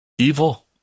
evil